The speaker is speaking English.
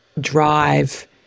drive